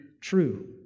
true